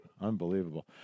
Unbelievable